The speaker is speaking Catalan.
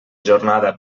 jornada